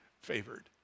favored